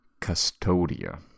Custodia